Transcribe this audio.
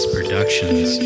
Productions